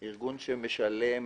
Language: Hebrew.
ארגון שמשלם